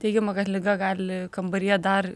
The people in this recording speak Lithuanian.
teigiama kad liga gali kambaryje dar